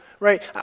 Right